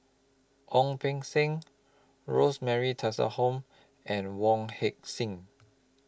Ong Beng Seng Rosemary Tessensohn and Wong Heck Sing